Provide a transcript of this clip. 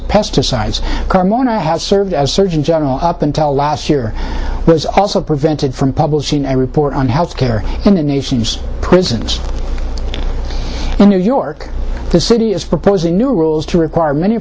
pesticides carmona has served as surgeon general up until last year was also prevented from publishing a report on health care in the nation's prisons in new york city is proposing new rules to require many